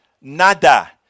Nada